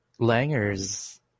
Langer's